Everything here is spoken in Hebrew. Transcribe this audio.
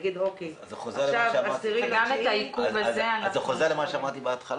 זה חוזר למה שאמרתי קודם.